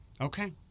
Okay